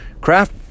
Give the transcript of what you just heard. craft